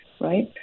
right